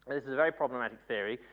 this is a very problematic theory,